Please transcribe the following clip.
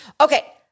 Okay